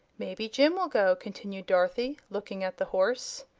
maybe jim will go, continued dorothy, looking at the horse.